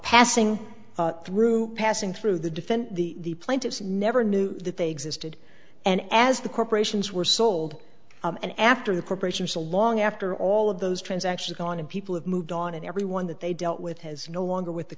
passing through passing through the defense the plaintiffs never knew that they existed and as the corporations were sold and after the corporations along after all of those transactions go on and people have moved on and everyone that they dealt with has no longer with the